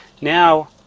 now